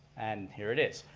and here it is,